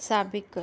साबिक़ु